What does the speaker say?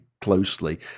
closely